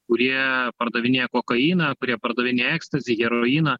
kurie pardavinėja kokainą kurie pardavinėja ekstazį heroiną